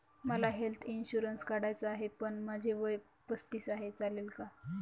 मला health insurance काढायचा आहे पण माझे वय पस्तीस आहे, चालेल का?